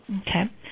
Okay